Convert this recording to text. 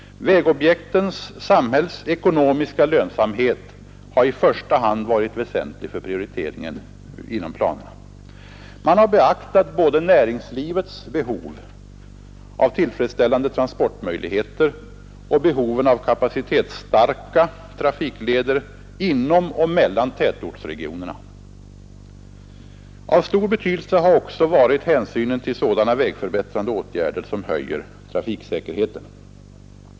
Vägobjektens samhällsekonomiska lönsamhet har i första hand varit väsentlig för prioritering i fråga om planerna. Man har beaktat både näringslivets behov av tillfredsställande transportmöjligheter och behoven av kapacitetsstarka trafikleder inom och mellan tätortsregionerna. Av stor betydelse har också varit hänsynen till sådana vägförbättrande åtgärder som höjer trafiksäkerheten.